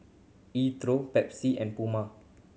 E Twow Pepsi and Puma